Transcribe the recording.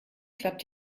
klappt